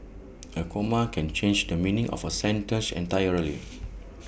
A comma can change the meaning of A sentence entirely